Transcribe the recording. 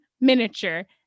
miniature